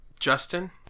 Justin